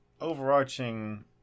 overarching